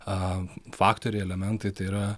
a faktoriai elementai tai yra